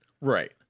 Right